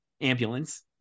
ambulance